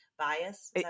bias